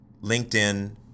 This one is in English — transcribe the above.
LinkedIn